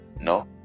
no